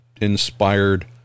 inspired